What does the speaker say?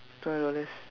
twelve dollars